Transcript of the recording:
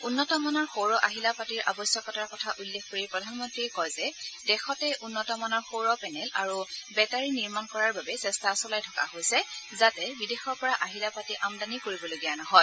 উন্নত মানৰ সৌৰ আহিলা পাতিৰ আৱশ্যকতাৰ কথা উল্লেখ কৰি প্ৰধানমন্ত্ৰীয়ে কয় যে দেশতে উন্নত মানৰ সৌৰ পেনেল আৰু বেটাৰি নিৰ্মাণ কৰাৰ বাবে চেষ্টা চলাই থকা হৈছে যাতে বিদেশৰ পৰা আহিলা পাতি আমদানি কৰিবলগীয়া নহয়